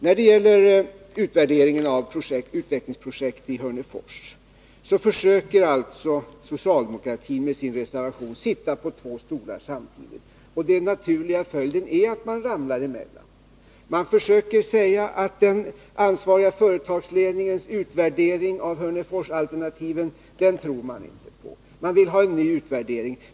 När det gäller utvärdering av utvecklingsprojekt i Hörnefors försöker alltså socialdemokratin med sin reservation sitta på två stolar samtidigt, och den naturliga följden är att man ramlar emellan. Man säger att man inte tror på den ansvariga företagsledningens utvärdering av Hörneforsalternativen utan vill ha en ny utvärdering.